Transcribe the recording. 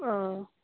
औ